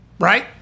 Right